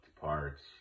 parts